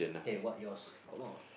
K what yours come on